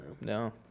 No